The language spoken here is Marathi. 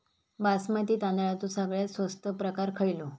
बासमती तांदळाचो सगळ्यात स्वस्त प्रकार खयलो?